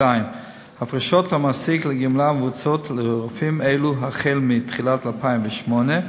הפרשות המעסיק לגמלה מבוצעות לרופאים אלו מתחילת 2008,